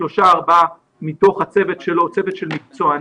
שלושה-ארבעה מתוך הצוות שלו, צוות של מקצוענים,